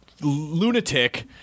lunatic